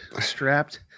strapped